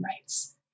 rights